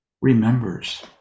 remembers